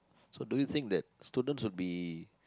so do you think that students will be